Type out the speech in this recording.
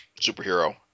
Superhero